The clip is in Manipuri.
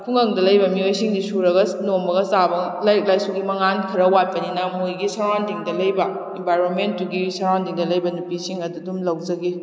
ꯈꯨꯡꯒꯪꯗ ꯂꯩꯕ ꯃꯤꯑꯣꯏꯁꯤꯡꯗꯤ ꯁꯨꯔꯒ ꯅꯣꯝꯃꯒ ꯆꯥꯕ ꯂꯥꯏꯔꯤꯛ ꯂꯥꯏꯁꯨꯒꯤ ꯃꯉꯥꯟ ꯈꯔ ꯋꯥꯠꯄꯅꯤꯅ ꯃꯣꯏꯒꯤ ꯁꯔꯥꯎꯟꯗꯤꯡꯗ ꯂꯩꯕ ꯏꯟꯕꯥꯏꯔꯣꯟꯃꯦꯟꯗꯨꯒꯤ ꯁꯔꯥꯎꯟꯗꯤꯡꯗ ꯂꯩꯕ ꯅꯨꯄꯤꯁꯤꯡ ꯑꯗꯨꯗꯨꯝ ꯂꯧꯖꯒꯤ